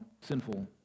sinful